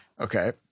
Okay